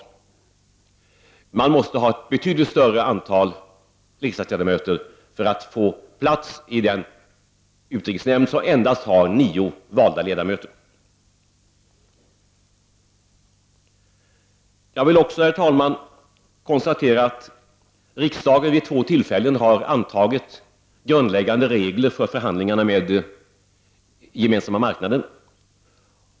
Ett parti måste ha ett betydligt större antal riksdagsledamöter för att få plats i den utrikeshämnd som endast har nio valda ledamöter. Jag vill också, herr talman, konstatera att riksdagen vid två tillfällen har antagit grundläggande regler för förhandlingarna med den Gemensamma marknaden.